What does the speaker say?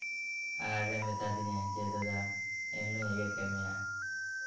ᱟᱨᱮ ᱢᱮᱛᱟ ᱫᱤᱧᱟᱭ ᱡᱮ ᱫᱟᱫᱟ ᱮᱱᱦᱤᱞᱳᱜ ᱤᱧ ᱮᱜᱮᱨ ᱠᱮᱜ ᱢᱮᱭᱟ